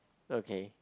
okay